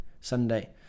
Sunday